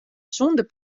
sûnder